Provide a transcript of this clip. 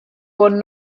wurden